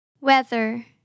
Weather